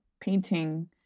painting